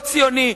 לא ציוני,